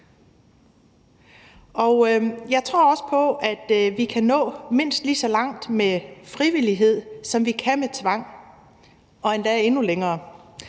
jeg tror også på, at vi kan nå mindst lige så langt med frivillighed, som vi kan med tvang, og endda endnu længere.